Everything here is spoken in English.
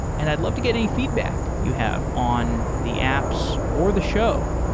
and i'd love to get any feedback you have on the apps or the show.